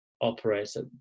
operator